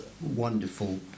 wonderful